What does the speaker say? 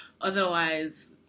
otherwise